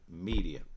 media